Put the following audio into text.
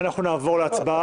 אם כך, אנחנו נעבור להצבעה.